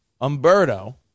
umberto